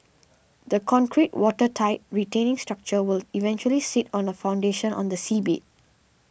the concrete watertight retaining structure will eventually sit on a foundation on the seabed